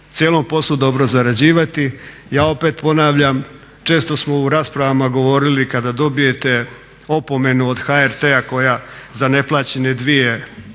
cijelom poslu dobro zarađivati. Ja opet ponavljam često smo u raspravama govorili kada dobijete opomenu od HRT-a koja za neplaćene dvije